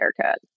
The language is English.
haircut